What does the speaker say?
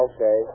Okay